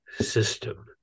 system